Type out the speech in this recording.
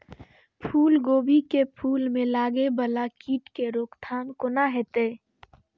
फुल गोभी के फुल में लागे वाला कीट के रोकथाम कौना हैत?